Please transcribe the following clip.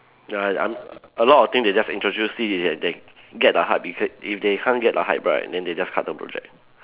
ya I I'm a lot of thing they just introduce it they they get the hype beca~ if they can't get the hype right then they just cut the project